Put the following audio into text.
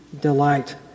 delight